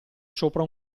sopra